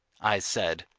i said.